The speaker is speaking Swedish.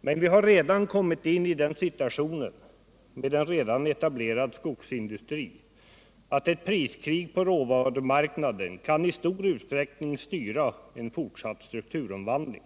Men vi har redan kommit i den situationen — med en överetablerad skogsindustri — att ett priskrig på råvarumarknaden i stor utsträckning kan styra en fortsatt strukturomvandling.